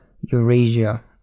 Eurasia